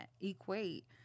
equate